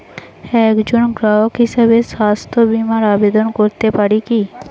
একজন গ্রাহক হিসাবে স্বাস্থ্য বিমার আবেদন করতে পারি কি?